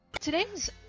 Today's